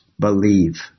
believe